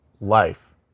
life